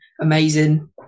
amazing